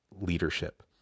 leadership